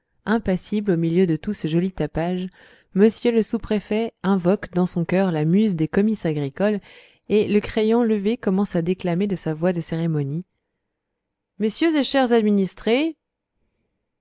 impassible au milieu de tout ce joli tapage m le sous-préfet invoque dans son cœur la muse des comices agricoles et le crayon levé commence à déclamer de sa voix de cérémonie messieurs et chers administrés